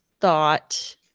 thought